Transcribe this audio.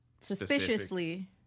suspiciously